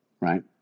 right